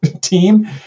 team